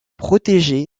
protégé